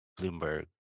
Bloomberg